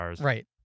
Right